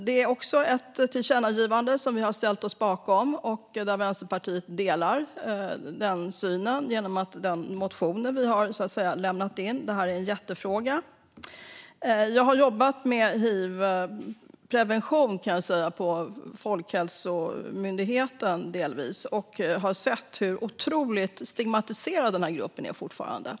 Det är också ett förslag till tillkännagivande som vi har ställt oss bakom. Vänsterpartiet delar synen och har också väckt en motion om detta. Det här är en jättefråga. Jag har jobbat med hivprevention på Folkhälsomyndigheten, delvis, och har sett hur otroligt stigmatiserad denna grupp fortfarande är.